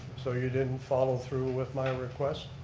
so you didn't follow through with my request?